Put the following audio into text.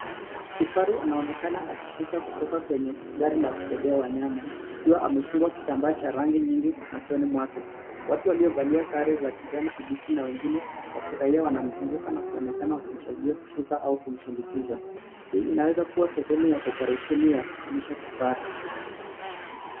Kifaru anaonekana akishuka kutoka kwenye gari la kubebea wanyama akiwa amefungwa kitambaa cha rangi nyingi machoni mwake. Watu waliovalia sare za kijani kibichi na wengine wakiraiaa wanamzunguka na kuonekana wakimsaidia kushuka au kumsidikiza. Hii inaweza kuwa sehemu ya oparesheni ya kuhamisha kifaru.